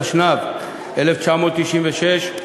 התשנ"ו 1996,